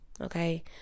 Okay